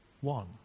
one